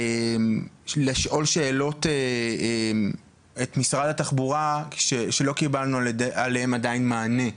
לשאול שאלות את משרד התחבורה שלא קיבלנו עליהם עדיין מענה.